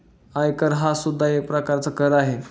आयकर हा सुद्धा एक प्रकारचा कर आहे